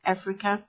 Africa